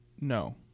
No